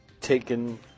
taken